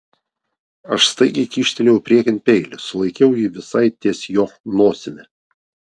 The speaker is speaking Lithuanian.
aš staigiai kyštelėjau priekin peilį sulaikiau jį visai ties jo nosimi